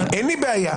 אין לי בעיה.